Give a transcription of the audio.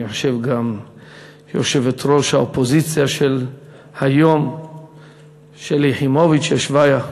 אני חושב גם יושבת-ראש האופוזיציה של היום שלי יחימוביץ ישבה שם.